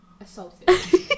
assaulted